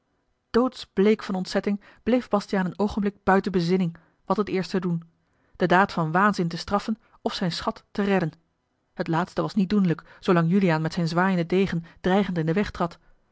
doodsbleek van ontzetting bleef bastiaan een oogenblik buiten bezinning wat het eerst te doen de daad van waanzin te straffen of zijn schat te redden het laatste was niet doenlijk zoolang juliaan met zijn zwaaienden degen dreigend in den